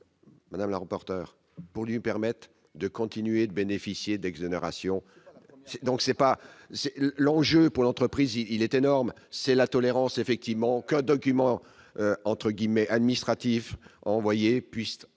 Madame la rapporteure pour lui permettent de continuer de bénéficier d'exonérations, donc c'est pas l'enjeu pour l'entreprise, il est énorme, c'est la tolérance effectivement qu'un document entre guillemets administratifs envoyés puissent